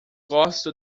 gosto